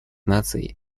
наций